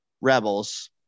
Rebels